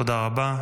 תודה רבה.